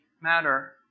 matter